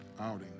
outing